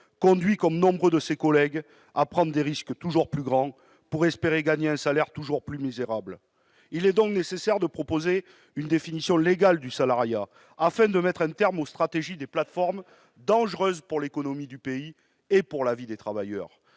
conduit comme nombre de ses collègues à prendre des risques toujours plus grands pour gagner un salaire toujours plus misérable. Il est donc nécessaire de proposer une définition légale du salariat, afin de mettre un terme aux stratégies des plateformes, lesquelles sont dangereuses pour l'économie du pays et pour la vie des travailleurs.